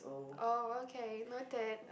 oh okay noted